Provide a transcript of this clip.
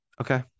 okay